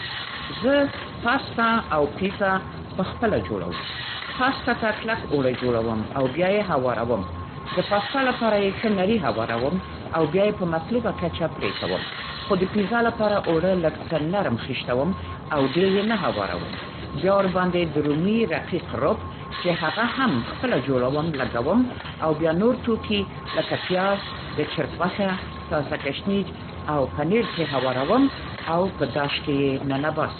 زه پاستا او پیزا په خپله جوړوم. پاستا ته کلک اوړه جوړوم او بیایې هواروم. د پاستا لپاره یې ښه نري هواروم او بیا یې په مطلوبه کچه پرې کوم. خو د پیزا لپاره اوړه لږ څه نرم خیشتوم او ډېر یې نه هواروم. بیا ورباندې د رومي رقیق رُب، چې هغه هم خپله جوړوم، لګوم او بیا نور توکي، لکه پیاز، د چرګ غوښه، تازه ګشنیج او پنیر پرې هواروم او په داش کې ننباسم.